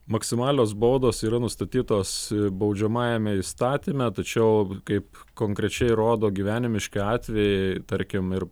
maksimalios baudos yra nustatytos baudžiamajame įstatyme tačiau kaip konkrečiai rodo gyvenimiški atvejai tarkim ir